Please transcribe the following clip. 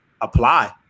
apply